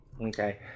Okay